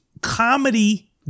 comedy